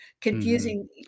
confusing